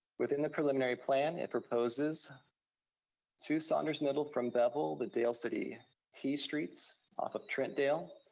within the preliminary plan, it proposes to saunders middle from beville, the dale city t streets off of trentdale.